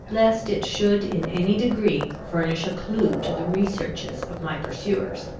lest it should in any degree furnish a clue to the researches of my pursuers.